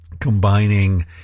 combining